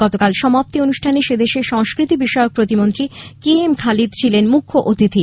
গতকাল সমাপ্তি অনুষ্ঠানে সে দেশের সংস্কৃতি বিষয়ক প্রতিমন্ত্রী কেএম খালিদ ছিলেন মুখ্য অতিথি